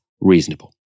reasonable